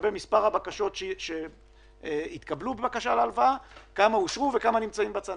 לגבי מספר הבקשות להלוואה שהתקבלו כמה מהן אושרו וכמה נמצאות בצנרת.